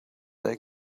they